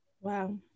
wow